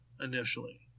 initially